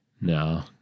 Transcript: No